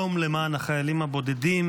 יום למען החיילים הבודדים.